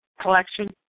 collection